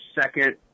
second